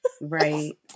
Right